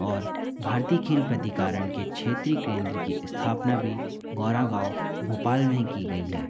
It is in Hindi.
और भारतीय खेल प्रतिकारण के क्षेत्रीय केंद्र की स्थापना भी गोरा गाँव भोपाल में ही की गई है